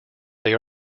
they